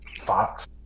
fox